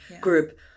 group